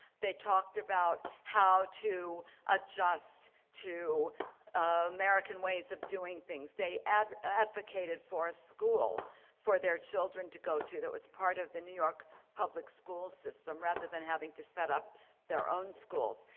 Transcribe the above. they talked about how to adjust to american ways of doing things. they advocated for a school for their children to go to that was part of the new york public school system rather than having to set up their own schools.